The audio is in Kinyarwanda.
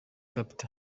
capt